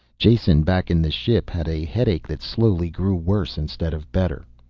jason, back in the ship, had a headache that slowly grew worse instead of better.